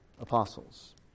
apostles